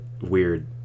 weird